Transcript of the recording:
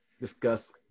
discuss